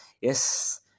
yes